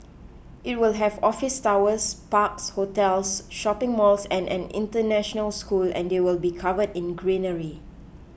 it will have office towers parks hotels shopping malls and an international school and they will be covered in greenery